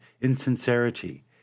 insincerity